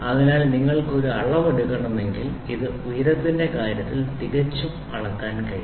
അതിനാൽ നിങ്ങൾക്ക് ഒരു അളവ് എടുക്കണമെങ്കിൽ ഇത് ഉയരത്തിന്റെ കാര്യത്തിൽ തികച്ചും അളക്കാൻ കഴിയും